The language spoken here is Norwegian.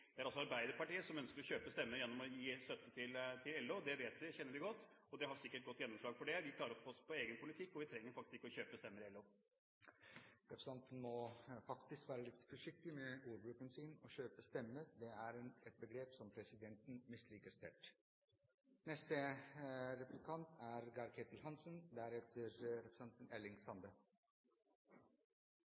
Det er altså Arbeiderpartiet som ønsker å kjøpe stemmer gjennom å gi støtte til LO – det kjenner vi godt til, og de har sikkert godt gjennomslag for det. Vi klarer oss på egen politikk, og vi trenger faktisk ikke å kjøpe stemmer i LO. Representanten må faktisk være litt forsiktig med ordbruken sin. «Å kjøpe stemmer» er et begrep som presidenten misliker sterkt. Jeg er